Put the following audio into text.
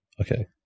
Okay